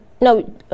No